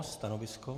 Stanovisko?